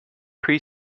pre